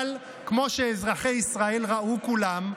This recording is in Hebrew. אבל כמו שאזרחי ישראל ראו, כולם,